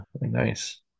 nice